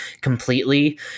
completely